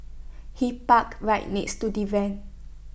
he parked right next to the van